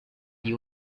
you